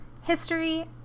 History